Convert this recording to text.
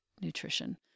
nutrition